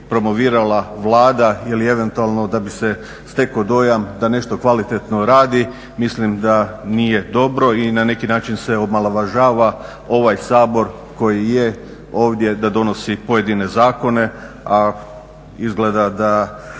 promovirala Vlada ili eventualno da bi se stekao dojam da nešto kvalitetno radi mislim da nije dobro i na neki način se omalovažava ovaj sabor koji je ovdje da donosi pojedine zakone a izgleda da